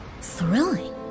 thrilling